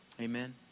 Amen